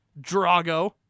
Drago